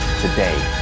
today